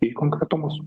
į konkretumus